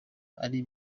ari